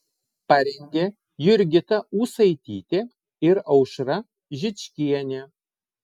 parengė jurgita ūsaitytė ir aušra žičkienė